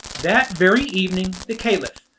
that very evening, the caliph,